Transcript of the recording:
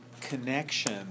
connection